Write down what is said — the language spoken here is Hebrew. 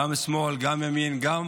גם שמאל, גם ימין, גם